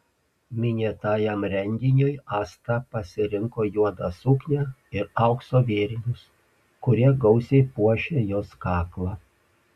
minėtajam renginiui asta pasirinko juodą suknią ir aukso vėrinius kurie gausiai puošė jos kaklą